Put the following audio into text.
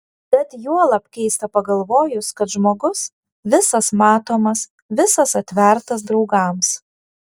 tad juolab keista pagalvojus kad žmogus visas matomas visas atvertas draugams